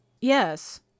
Yes